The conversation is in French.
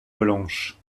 blanches